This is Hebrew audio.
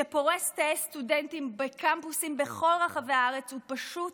שפורס תאי סטודנטים בקמפוסים בכל רחבי הארץ ופשוט